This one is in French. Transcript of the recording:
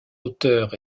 auteurs